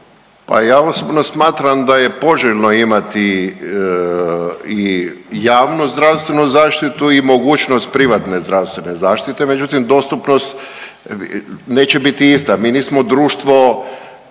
Pa ja osobno smatram da je poželjno imati i javnu zdravstvenu zaštitu i mogućnost privatne zdravstvene zaštite, međutim dostupnost neće biti ista. Mi nismo društvo